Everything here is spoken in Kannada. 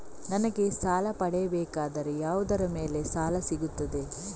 ನನಗೆ ಸಾಲ ಪಡೆಯಬೇಕಾದರೆ ಯಾವುದರ ಮೇಲೆ ಸಾಲ ಸಿಗುತ್ತೆ?